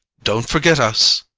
don't forget us.